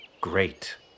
Great